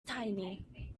tiny